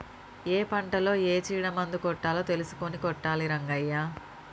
ఏ పంటలో ఏ చీడ మందు కొట్టాలో తెలుసుకొని కొట్టాలి రంగయ్య